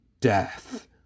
death